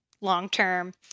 long-term